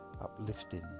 uplifting